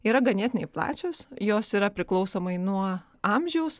yra ganėtinai plačios jos yra priklausomai nuo amžiaus